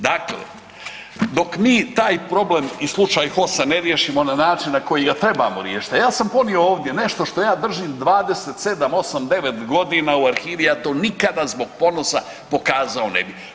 Dakle, dok mi taj problem i slučaj HOS-a ne riješimo na način na koji ga trebamo riješiti, a ja sam ponio ovdje nešto što ja držim 27, osam, devet godina u arhivi ja to nikada zbog ponosa pokazao ne bi.